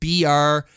BR